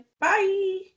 bye